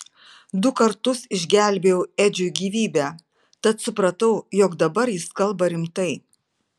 du kartus išgelbėjau edžiui gyvybę tad supratau jog dabar jis kalba rimtai